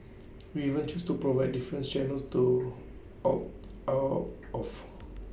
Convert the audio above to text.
we even choose to provide different channels to opt out of